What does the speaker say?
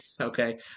okay